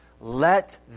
Let